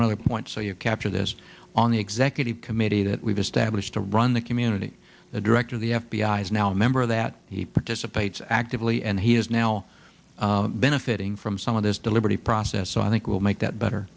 one other point so you capture this on the executive committee that we've established to run the community the director of the f b i is now a member that he participates actively and he is now benefiting from some of this deliberative process so i think will make that better